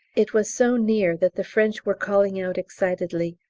it was so near that the french were calling out excitedly,